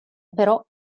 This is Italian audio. però